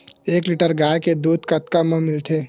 एक लीटर गाय के दुध कतका म मिलथे?